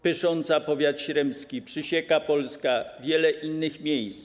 Pysząca, powiat śremski, Przysieka Polska, wiele innych miejsc.